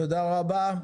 תודה רבה.